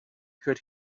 could